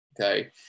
Okay